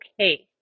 Okay